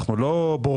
אנחנו לא בוררים.